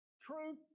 truth